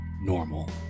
normal